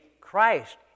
Christ